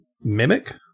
Mimic